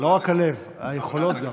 לא רק הלב, גם היכולות.